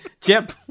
Chip